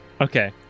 Okay